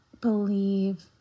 believe